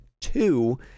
two